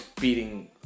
beating